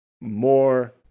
more